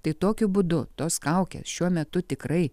tai tokiu būdu tos kaukės šiuo metu tikrai